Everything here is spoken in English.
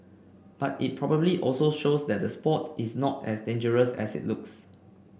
but it probably also shows that the sport is not as dangerous as it looks